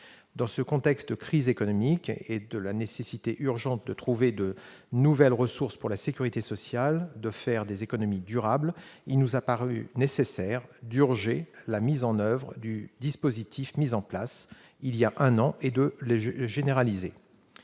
Dans un contexte de crise économique, et au regard de la nécessité urgente de trouver de nouvelles ressources pour la sécurité sociale comme de faire des économies durables, il nous a paru nécessaire d'accélérer la mise en oeuvre du dispositif adopté voilà un an et de le généraliser.